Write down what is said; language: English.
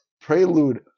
Prelude